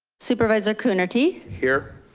supervisor coonerty. here.